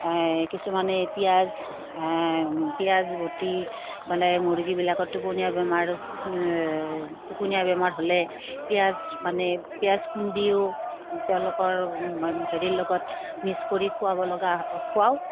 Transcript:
কিছুমানে এই পিঁয়াজ পিঁয়াজ বটি মানে মুৰ্গীবিলাকত টোপনিওৱা বেমাৰ টোপনিওৱা বেমাৰ হ'লে পিঁয়াজ মানে পিঁয়াজ খুন্দিও তেওঁলোকৰ হেৰিৰ লগত মিক্স কৰি খুৱাব লগা খুৱাওঁ